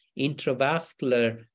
intravascular